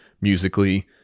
musically